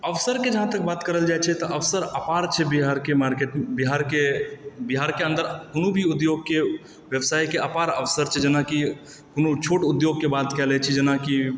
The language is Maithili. अवसर के जहाँ तक बात कयल जाइ छै तऽ अवसर अपार छै बिहार के मार्केट बिहार के अन्दर कोनो भी उद्योगके व्यवसायके अपार अवसर छै जेनाकि कोनो छोट उद्योग के बात कए लै छी जेनाकि